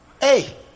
Hey